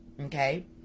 Okay